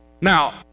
Now